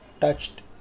touched